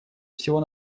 всего